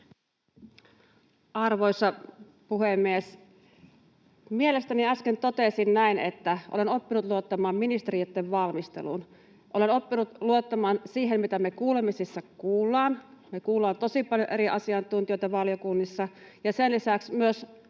Arvoisa puhemies! Mielestäni äsken totesin näin, että olen oppinut luottamaan ministeriöitten valmisteluun. Olen oppinut luottamaan siihen, mitä me kuulemisissa kuullaan — me kuullaan tosi paljon eri asiantuntijoita valiokunnissa — ja sen lisäksi myös